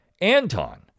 Anton